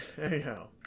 Anyhow